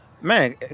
man